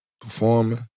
performing